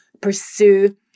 pursue